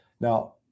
now